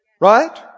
right